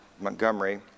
Montgomery